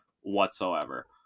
whatsoever